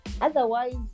Otherwise